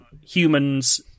humans